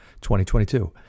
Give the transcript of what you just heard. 2022